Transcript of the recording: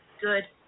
good